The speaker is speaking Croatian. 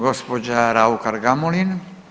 Gospođa Raukar-Gamulin.